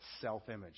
self-image